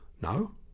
no